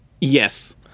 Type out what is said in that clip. Yes